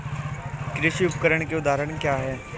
कृषि उपकरण के उदाहरण क्या हैं?